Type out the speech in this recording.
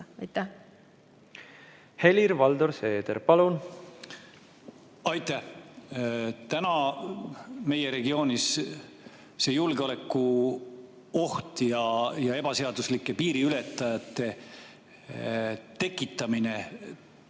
Helir-Valdor Seeder, palun! Aitäh! Täna on meie regioonis see julgeolekuoht ja ebaseaduslike piiriületajate tekitamine